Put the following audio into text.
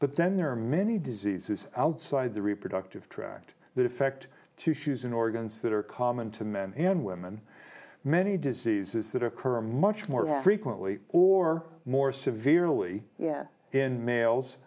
but then there are many diseases outside the reproductive tract that affect two shoes in organs that are common to men and women many diseases that are occurring much more frequently or more severely yet in males